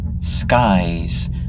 skies